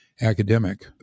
academic